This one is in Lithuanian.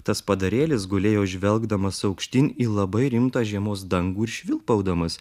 tas padarėlis gulėjo žvelgdamas aukštyn į labai rimtą žiemos dangų ir švilpaudamas